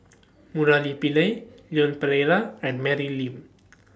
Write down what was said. Murali Pillai Leon Perera and Mary Lim